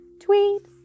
tweet